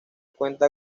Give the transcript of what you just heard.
cuenta